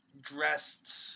dressed